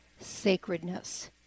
sacredness